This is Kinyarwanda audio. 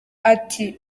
ati